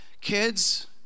Kids